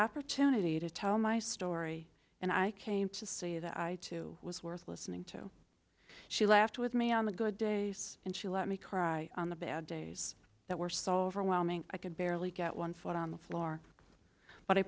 opportunity to tell my story and i came to see that i too was worth listening to she laughed with me on the good days and she let me cry on the bad days that were so overwhelming i barely get one foot on the floor but i